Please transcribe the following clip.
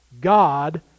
god